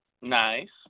Nice